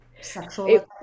sexual